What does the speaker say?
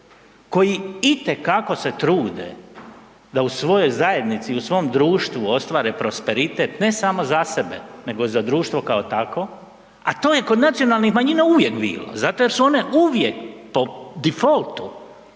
koji itekako se trude da u svojoj zajednici, u svom društvu ostvare prosperitet ne samo za sebe nego i za društvo kao takvo, a to je kod nacionalnih manjina uvijek bilo zato jer su one uvijek „po difoltu“,